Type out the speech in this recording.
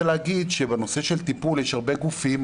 בנושא של טיפול יש הרבה גופים,